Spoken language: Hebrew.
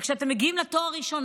וכשאתן מגיעות לתואר ראשון,